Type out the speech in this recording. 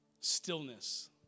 stillness